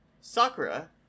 Sakura